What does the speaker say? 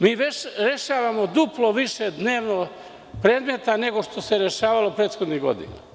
Mi rešavamo duplo više dnevno predmeta, nego što se rešavalo prethodnih godina.